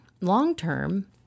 Long-term